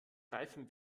reifen